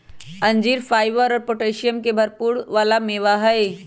अंजीर फाइबर और पोटैशियम के भरपुर वाला मेवा हई